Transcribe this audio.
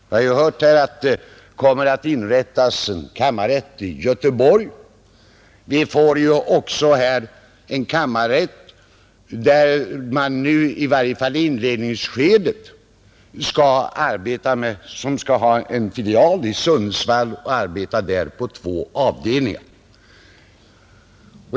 Vi har hört att det kommer att inrättas en kammarrätt i Göteborg, och vi får en kammarrätt som i varje fall i inledningsskedet skall ha en filial i Sundsvall och arbeta på två avdelningar.